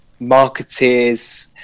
marketeers